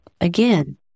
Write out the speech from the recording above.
Again